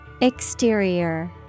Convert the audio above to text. Exterior